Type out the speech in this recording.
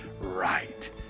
right